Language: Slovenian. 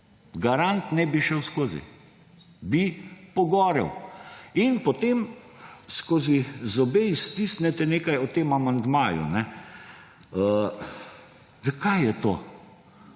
garant – ne bi šel skozi, bi pogorel. In potem skozi zobe stisnete nekaj o tem amandmaju. Kaj je to?